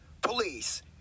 police